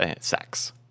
sex